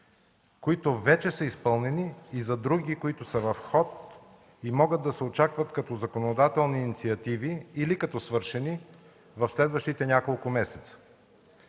които вече са изпълнени и за други, които са в ход и могат да се очакват като законодателни инициативи или като свършени в следващите няколко месеца.